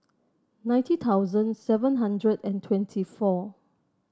ninety thousand seven hundred and twenty four